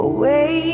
Away